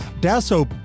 Dasso